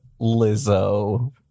Lizzo